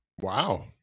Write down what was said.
Wow